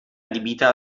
adibita